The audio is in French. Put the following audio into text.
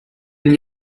n’y